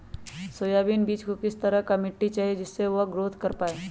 Soybean बीज को किस तरह का मिट्टी चाहिए जिससे वह ग्रोथ कर पाए?